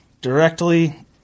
directly